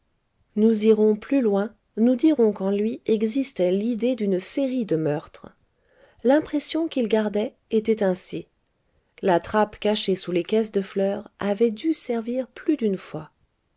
nous irons plus loin nous dirons qu'en lui existait l'idée d'une série de meurtres l'impression qu'il gardait était ainsi la trappe cachée sous les caisses de fleurs avait dû servir plus d'une fois